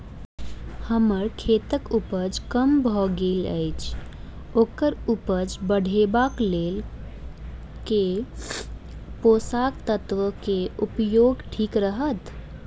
हम्मर खेतक उपज कम भऽ गेल अछि ओकर उपज बढ़ेबाक लेल केँ पोसक तत्व केँ उपयोग ठीक रहत?